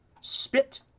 Spit